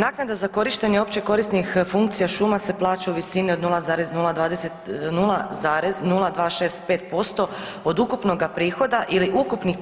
Naknada za korištenja OKFŠ se plaća u visini od 0,0265% od ukupnoga prihoda ili ukupnih